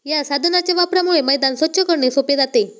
या साधनाच्या वापरामुळे मैदान स्वच्छ करणे सोपे जाते